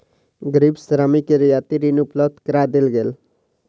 गरीब श्रमिक के रियायती ऋण उपलब्ध करा देल गेल